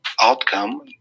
outcome